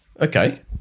Okay